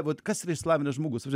vat kas yra išsilavinęs žmogus